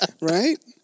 Right